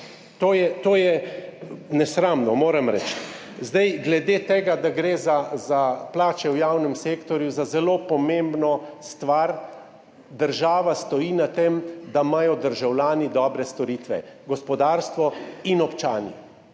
To je nesramno, moram reči. Glede tega, da gre za plače v javnem sektorju, za zelo pomembno stvar, država stoji na tem, da imajo državljani dobre storitve, gospodarstvo in občani.